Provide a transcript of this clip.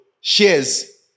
shares